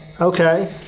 Okay